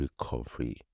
recovery